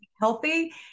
healthy